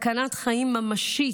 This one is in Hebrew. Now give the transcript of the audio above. בסכנת חיים ממשית.